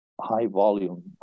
high-volume